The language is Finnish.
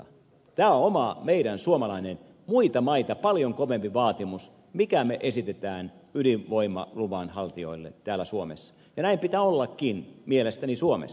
tämä on meidän oma suomalainen muita maita paljon kovempi vaatimus minkä me esitämme ydinvoimaluvan haltijoille täällä suomessa ja näin pitää ollakin mielestäni suomessa